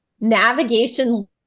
navigation